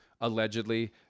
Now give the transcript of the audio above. allegedly